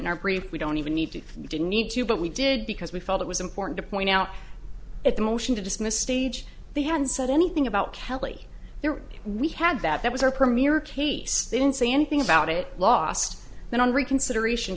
in our brief we don't even need to you didn't need to but we did because we felt it was important to point out at the motion to dismiss stage they haven't said anything about kelly there we had that that was our premier case didn't say anything about it last night on reconsideration